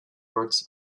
words